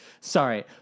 Sorry